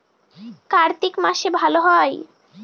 কার্তিক মাসে ভালো হয়?